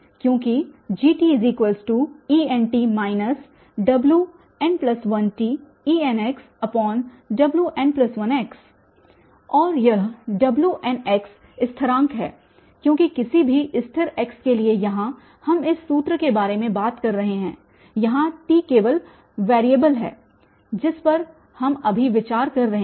क्योंकि GtEnt wn1tEnxwn1x और यह Wn स्थिरांक हैं क्योंकि किसी भी स्थिर x के लिए यहाँ हम इस सूत्र के बारे में बात कर रहे हैं यहाँ t केवल वेरिएबल है जिस पर हम अभी विचार कर रहे हैं